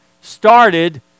started